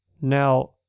Now